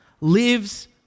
lives